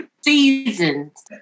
Seasons